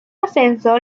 ascenso